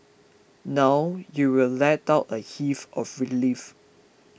now you will let out a heave of relief